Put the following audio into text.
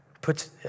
puts